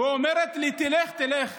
והיא אומרת לי: תלך, תלך,